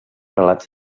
relats